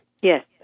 Yes